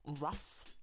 rough